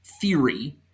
theory